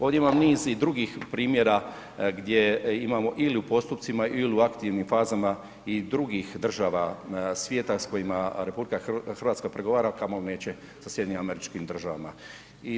Ovdje imam i niz i drugih primjera gdje imamo ili u postupcima ili u aktivnim fazama i drugih država svijeta s kojima RH pregovara, a kamoli neće s SAD-om.